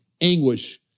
anguish